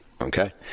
Okay